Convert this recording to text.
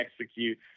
execute